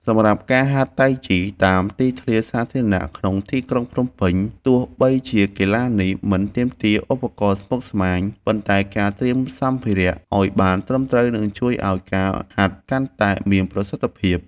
សម្រាប់ការហាត់តៃជីតាមទីធ្លាសាធារណៈក្នុងទីក្រុងភ្នំពេញ ទោះបីជាកីឡានេះមិនទាមទារឧបករណ៍ស្មុគស្មាញ ប៉ុន្តែការត្រៀមសម្ភារៈឱ្យបានត្រឹមត្រូវនឹងជួយឱ្យការហាត់កាន់តែមានប្រសិទ្ធភាព។